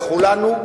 לכולנו,